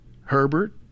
Herbert